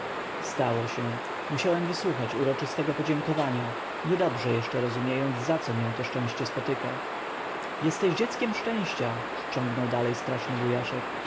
stało się musiałem wysłuchać uroczystego podziękowania niedobrze jeszcze rozumiejąc za co mię to szczęście spotyka jesteś dzieckiem szczęścial ciągnął dalej straszny wujaszek